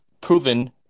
proven